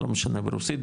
לא משנה ברוסית,